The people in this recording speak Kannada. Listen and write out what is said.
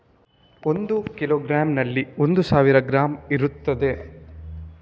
ಒಂದು ಕಿಲೋಗ್ರಾಂನಲ್ಲಿ ಒಂದು ಸಾವಿರ ಗ್ರಾಂ ಇರ್ತದೆ